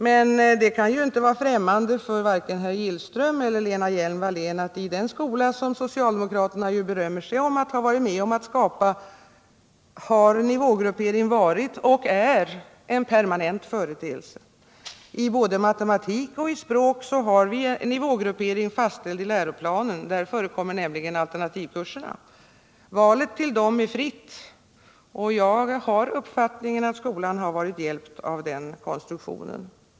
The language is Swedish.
Men det kan ju inte vara främmande för vare sig herr Gillström eller Lena Hjelm-Wallén att i den skola, som socialdemokraterna berömmer sig av att ha varit med om att skapa, har nivågrupperingen varit och är en permanent företeelse. I både matematik och språk har vi en nivågruppering fastställd i läroplanen — där förekommer nämligen alternativkurserna. Valet till dem är fritt, och jag har uppfattningen att skolan har varit hjälpt av den konstruktionen.